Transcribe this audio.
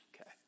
Okay